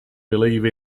believe